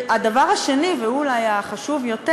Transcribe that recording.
והדבר השני, והוא אולי החשוב יותר,